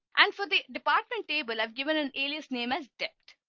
and for the department table, i've given an alias name as depth.